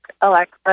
Alexa